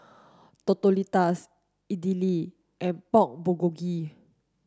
Tortillas Idili and Pork Bulgogi